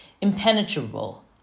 impenetrable